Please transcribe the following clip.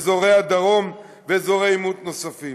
אזורי הדרום ואזורי עימות נוספים.